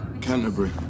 Canterbury